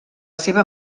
seva